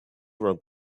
wrote